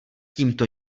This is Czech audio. tímto